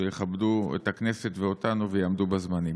שיכבדו את הכנסת ואותנו ויעמדו בזמנים.